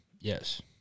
yes